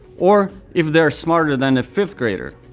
or if they are smarter than a fifth grader.